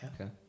Okay